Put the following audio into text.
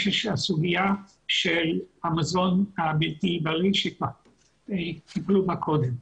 הסוגייה של המזון הבלתי בריא שטיפלו בה קודם.